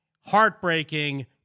heartbreaking